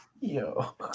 yo